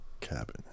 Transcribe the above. cabin